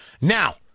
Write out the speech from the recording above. Now